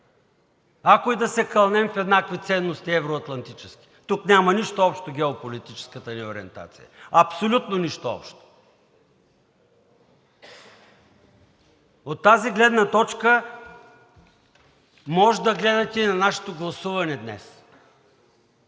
ако и да се кълнем в еднакви евро-атлантически ценности, тук няма нищо общо геополитическата ни ориентация. Абсолютно нищо общо! От тази гледна точка може да гледате на нашето гласуване днес